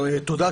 תודה,